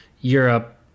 Europe